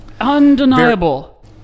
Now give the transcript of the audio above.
undeniable